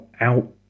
out